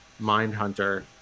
Mindhunter